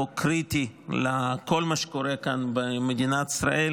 חוק קריטי לכל מה שקורה כאן במדינת ישראל.